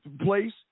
place